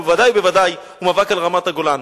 ובוודאי ובוודאי הוא מאבק על רמת-הגולן.